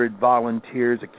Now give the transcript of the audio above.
volunteers